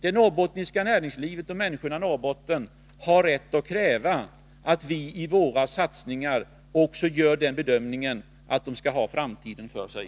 Det norrbottniska näringslivet och människorna i Norrbotten har rätt att kräva att vi i våra satsningar också gör den bedömningen att de skall ha framtiden för sig.